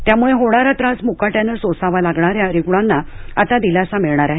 त्यामुळे होणारा त्रास मुकाट्यानं सोसावा लागणार्यां ा रुग्णांना आता दिलासा मिळणार आहे